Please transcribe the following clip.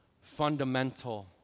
fundamental